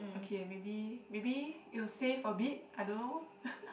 okay maybe maybe it will save a bit I don't know